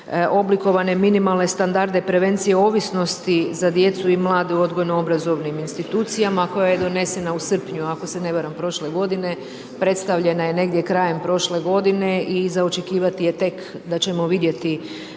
oblikovane minimalne standarde prevencije ovisnosti za djecu i mlade u odgojno-obrazovnim institucijama koja je donesena u srpnju ako se ne varam prošle godine, predstavljena je negdje krajem prošle godine i za očekivati je tek da ćemo vidjeti